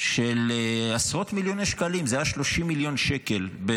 של עשרות מיליוני שקלים.